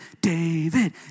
David